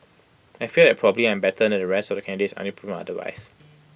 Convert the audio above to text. I feel that probably I am better than the rest of the candidates until proven otherwise